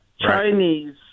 Chinese